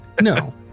no